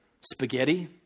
Spaghetti